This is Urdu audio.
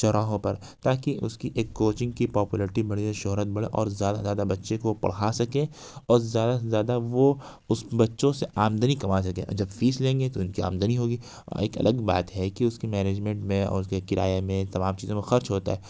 چوراہوں پر تاکہ اس کی ایک کوچنگ کی پاپولرٹی بڑھے شہرت بڑھے اور زیادہ سے زیادہ بچے کو پڑھا سکے اور زیادہ سے زیادہ وہ اس بچوں سے آمدنی کما سکیں اور جب فیس لیں گے تو ان کی آمدنی ہو گی او ایک الگ بات ہے کہ اس کی مینجمنٹ میں اور اس کے کرایے میں تمام چیزوں میں خرچ ہوتا ہے